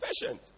Patient